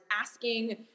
asking